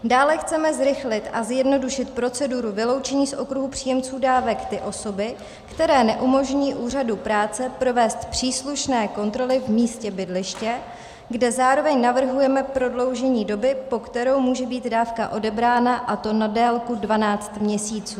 Dále chceme zrychlit a zjednodušit proceduru vyloučení z okruhu příjemců dávek ty osoby, které neumožní úřadu práce provést příslušné kontroly v místě bydliště, kde zároveň navrhujeme prodloužení doby, po kterou může být dávka odebrána, a to na délku 12 měsíců.